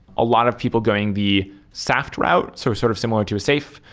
a lot of people going the saft route, so sort of similar to a safe.